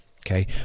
okay